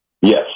Yes